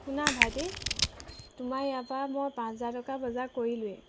শুনা ভাইটি তোমাৰ ইয়াৰ পৰা মই পাঁচ হাজাৰ টকা বজাৰ কৰিলোঁৱেই